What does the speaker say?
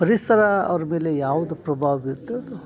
ಪರಿಸರ ಅವ್ರ ಮೇಲೆ ಯಾವುದು ಪ್ರಭಾವ ಬೀರ್ತದ್ಯೋ